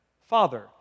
father